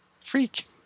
freak